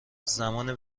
زمان